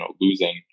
losing